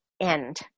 end